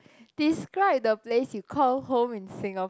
describe the place you call home in Singapore